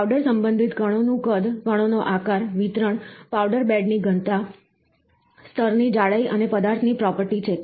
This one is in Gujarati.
પાવડર સંબંધિત કણોનું કદ કણોનો આકાર વિતરણ પાવડર બેડ ની ઘનતા સ્તરની જાડાઈ અને પદાર્થની પ્રોપર્ટી છે